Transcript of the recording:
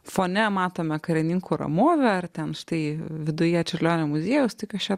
fone matome karininkų ramovę ar ten štai viduje čiurlionio muziejaus tai kas čia